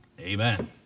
Amen